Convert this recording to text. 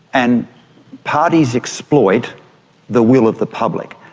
and parties exploit the will of the public.